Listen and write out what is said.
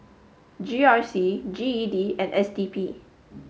G R C G E D and S D P